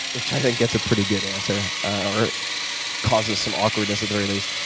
which i think gets a pretty good answer or causes some awkwardness at the very least.